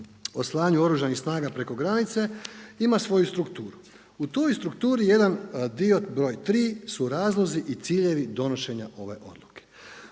o slanju Oružanih snaga preko granice ima svoju strukturu. U toj strukturi jedan dio broj 3 su razlozi i ciljevi donošenja ove odluke.